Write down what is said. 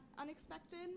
unexpected